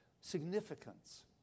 Significance